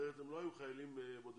אחרת, הם לא היו חיילים בודדים.